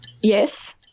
Yes